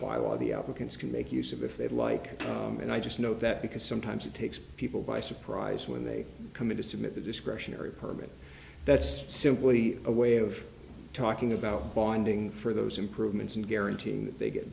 bylaw the applicants can make use of if they'd like and i just know that because sometimes it takes people by surprise when they come in to submit the discretionary permit that's simply a way of talking about bonding for those improvements and guarantee that they get